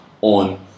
on